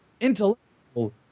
intellectual